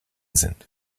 sind